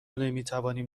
نمیتوانیم